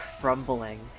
crumbling